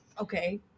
Okay